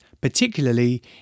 particularly